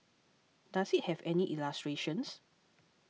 does it have any illustrations